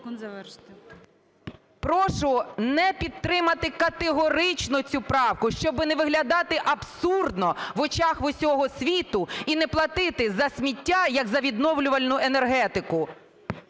Прошу не підтримати категорично цю правку, щоби не виглядати абсурдно в очах усього світу і не платити за сміття як за відновлювальну енергетику.